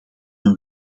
een